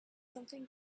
something